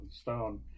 stone